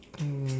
mm